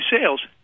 sales